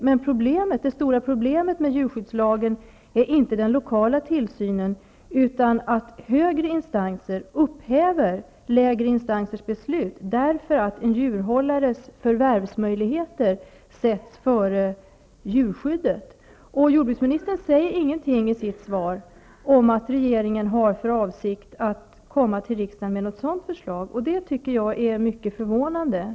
Men det stora problemet med djurskyddslagen är inte den lokala tillsynen utan att högre instanser upphäver lägre instansers beslut, därför att en djurhållares förvärvsmöjligheter sätts före djurskyddet. Jordbruksministern säger inget i sitt svar om att regeringen har för avsikt att komma till riksdagen med något förslag i detta avseende. Det tycker jag är mycket förvånande.